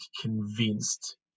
convinced